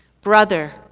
brother